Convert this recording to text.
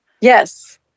Yes